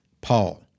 Paul